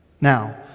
Now